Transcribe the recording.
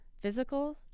physical